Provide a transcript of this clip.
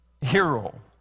hero